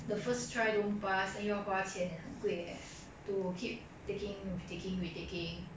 the first try don't pass then 又要花钱 and 很贵 eh to keep taking retaking retaking